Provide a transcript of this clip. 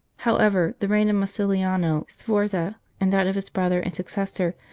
however, the reign of massimiliano sforza and that of his brother and successor,